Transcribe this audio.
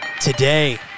today